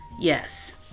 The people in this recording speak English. Yes